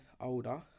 older